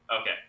Okay